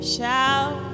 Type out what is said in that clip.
Shout